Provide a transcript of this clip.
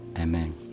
Amen